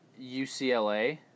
UCLA